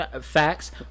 Facts